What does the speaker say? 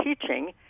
teaching